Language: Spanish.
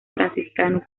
franciscano